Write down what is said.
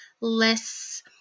less